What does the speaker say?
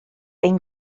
ein